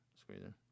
Squeezer